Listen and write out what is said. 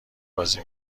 بازی